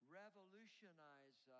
revolutionize